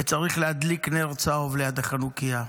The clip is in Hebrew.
וצריך להדליק נר צהוב ליד החנוכייה,